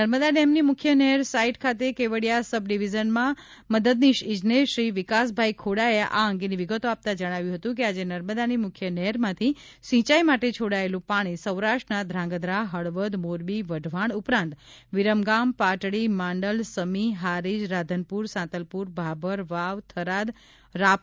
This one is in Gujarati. નર્મદા ડેમની મુખ્ય નહેર સાઇટ ખાતે કેવડીયા સબ ડીવીઝનનાં મદદનીશ ઇજનેરશ્રી વિકાસભાઇ ખોડાએ આ અંગેની વિગતો આપતાં જણાવ્યું હતું કે આજે નર્મદાની મુખ્ય નહેરમાંથી સિંચાઇ માટે છોડાયેલું પાણી સૌરાષ્ટ્રના ધ્રાગંધ્રા હળવદ મોરબી વઢવાણ ઉપરાંત વિરમગામ પાટડી માંડલ સમી હારીજ રાધનપુર સાંતલપુર ભાભર વાવ થરાદ રાપર અને ભચાઉના વિસ્તારોમાં પુરું પડાશે